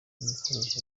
ibikoresho